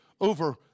over